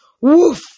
Woof